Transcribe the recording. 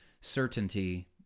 certainty